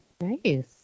nice